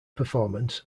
performance